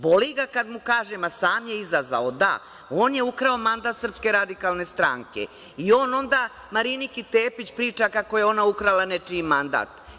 Boli ga kad mu kažem, a sam je izazvao, da, on je ukrao mandat SRS i on onda Mariniki Tepić priča kako je ona ukrala nečiji mandat.